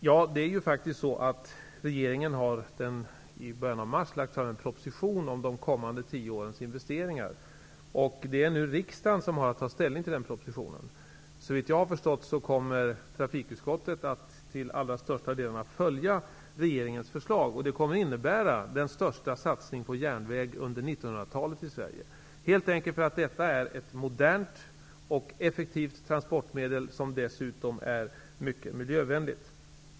Regeringen har faktiskt i början av mars lagt fram en proposition om de kommande tio årens investeringar. Det är nu riksdagen som har att ta ställning till den propositionen. Såvitt jag har förstått kommer trafikutskottet att till allra största delen följa regeringens förslag. Det kommer att innebära den största satsningen på järnväg i Sverige under 1900-talet. Det beror helt enkelt på att detta är ett modernt, effektivt transportmedel, som dessutom är mycket miljövänligt.